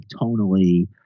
tonally